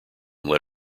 let